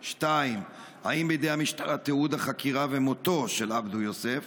2. האם בידי המשטרה תיעוד החקירה ומותו של עבדו יוסף?